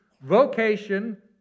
vocation